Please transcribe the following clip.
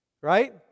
Right